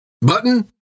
Button